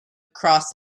cross